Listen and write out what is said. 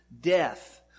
death